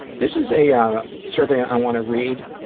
this is a yeah survey i want to read.